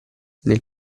nel